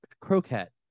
croquette